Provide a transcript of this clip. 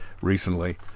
recently